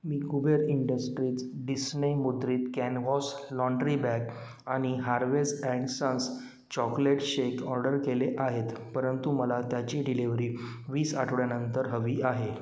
मी Kuber industries Disney मुद्रित canvas laundry bag आणि Harvey's and sons chocolate shake order केले आहेत परंतु मला त्याची डिलिव्हरी वीस आठवड्यानंतर हवी आहे